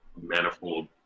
manifold